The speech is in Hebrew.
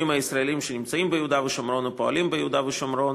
הישראליים שנמצאים ביהודה ושומרון או פועלים ביהודה ושומרון.